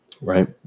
right